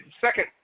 second